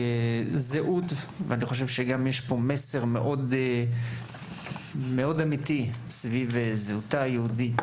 כזהות ואני חושב שגם יש כאן מסר מאוד אמיתי סביב הזהות של העם היהודי,